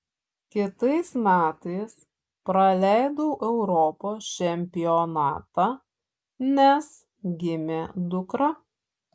kitais metais praleidau europos čempionatą nes gimė dukra